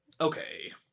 Okay